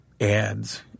ads